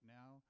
now